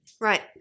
Right